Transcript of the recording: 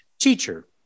Teacher